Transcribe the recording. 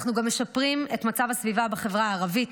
אנחנו גם משפרים את מצב הסביבה בחברה הערבית.